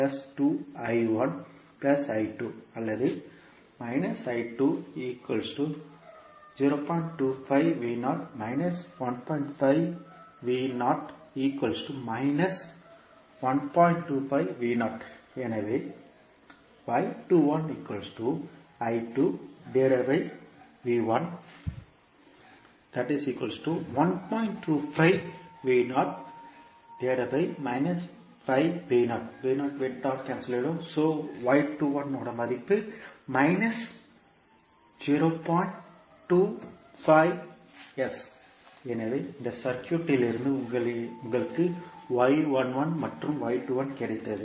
அல்லது எனவே எனவே இந்த சர்க்யூட் இலிருந்து உங்களுக்கு y 11 மற்றும் y 21 கிடைத்தது